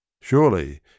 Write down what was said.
Surely